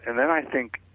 and then i think,